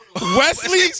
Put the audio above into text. Wesley